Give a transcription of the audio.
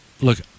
Look